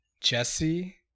Jesse